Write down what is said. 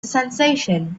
sensation